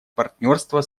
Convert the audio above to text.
партнерства